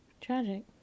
Tragic